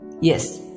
Yes